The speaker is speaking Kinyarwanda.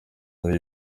muri